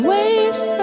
Waves